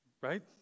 right